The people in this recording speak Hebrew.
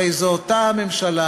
הרי זו אותה הממשלה